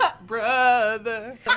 Brother